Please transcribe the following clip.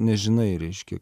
nežinai reiškia